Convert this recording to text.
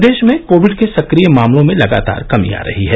प्रदेश में कोविड के सक्रिय मामलों में लगातार कमी आ रही है